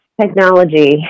technology